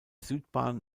südbahn